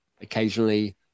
occasionally